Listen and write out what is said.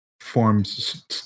Forms